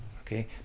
Okay